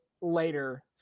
later